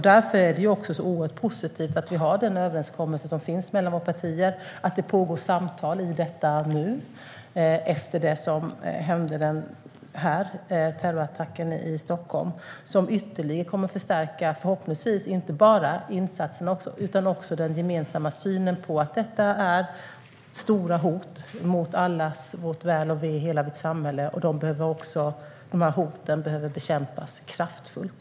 Därför är det oerhört positivt att vi har den överenskommelse som finns mellan våra partier och att det pågår samtal i detta nu efter terrorattacken som hände i Stockholm. Det kommer förhoppningsvis att ytterligare förstärka inte bara insatserna utan också den gemensamma synen på att detta är stora hot mot allas vårt väl och ve i hela vårt samhälle. De hoten behöver bekämpas kraftfullt.